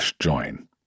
join